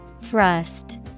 thrust